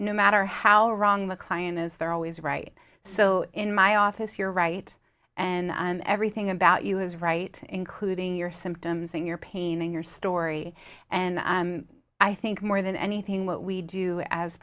no matter how wrong the client is there are always right so in my office you're right and everything about you is right including your symptoms in your pain in your story and i think more than anything what we do as